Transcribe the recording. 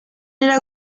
era